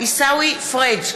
פריג'